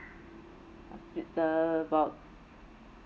the about